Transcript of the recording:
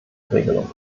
regelung